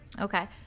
Okay